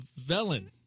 Velen